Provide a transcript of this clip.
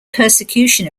persecution